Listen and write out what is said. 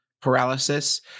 paralysis